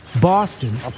Boston